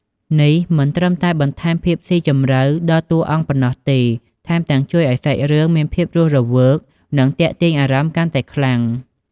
នេះមិនត្រឹមតែបន្ថែមភាពស៊ីជម្រៅដល់តួអង្គប៉ុណ្ណោះទេ ថែមទាំងជួយឱ្យសាច់រឿងមានភាពរស់រវើក និងទាក់ទាញអារម្មណ៍កាន់តែខ្លាំង។